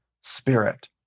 spirit